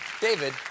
David